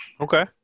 Okay